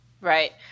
Right